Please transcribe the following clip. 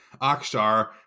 Akshar